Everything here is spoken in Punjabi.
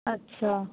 ਅੱਛਾ